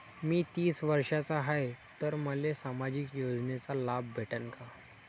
मी तीस वर्षाचा हाय तर मले सामाजिक योजनेचा लाभ भेटन का?